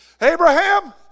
Abraham